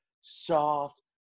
soft